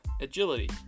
agility